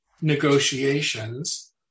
negotiations